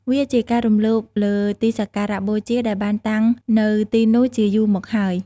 វាជាការរំលោភលើទីសក្ការៈបូជាដែលបានតាំងនៅទីនោះជាយូរមកហើយ។